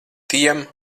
tiem